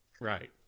Right